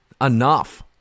enough